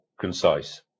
concise